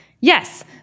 Yes